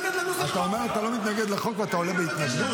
אתה אומר שאתה לא מתנגד לחוק, ואתה עולה בהתנגדות?